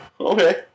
Okay